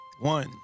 One